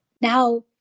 now